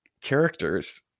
characters